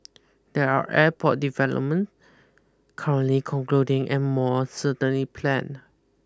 there are airport development currently concluding and more certainly planned